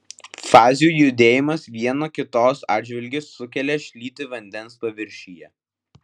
fazių judėjimas viena kitos atžvilgiu sukelia šlytį vandens paviršiuje